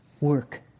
work